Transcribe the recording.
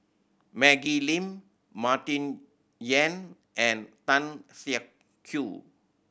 Maggie Lim Martin Yan and Tan Siak Kew